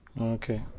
Okay